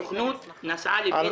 שאוכל אחר כך לעשות בזה